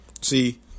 see